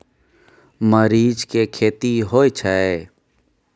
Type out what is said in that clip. मरीच के खेती होय छय?